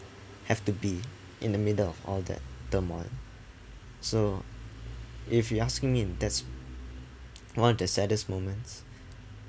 have to be in the middle of all that turmoil so if you asking me and that's one of the saddest moments